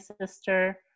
sister